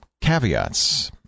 caveats